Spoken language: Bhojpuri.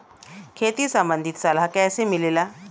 खेती संबंधित सलाह कैसे मिलेला?